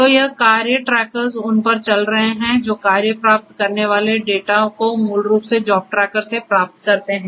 तो यह कार्य ट्रैकर्स उन पर चल रहे हैं जो कार्य प्राप्त करने वाले डेटा को मूल रूप से जॉब ट्रैकर से प्राप्त करते हैं